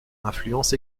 influence